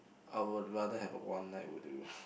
I would rather have a one night will do